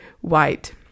white